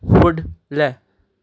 फुडलें